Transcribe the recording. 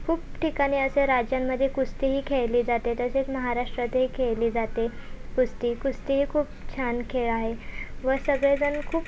खूप ठिकाणी असे राज्यांमध्ये कुस्तीही खेळली जाते तसेच महाराष्ट्रातही खेळली जाते कुस्ती कुस्ती ही खूप छान खेळ आहे व सगळेजण खूप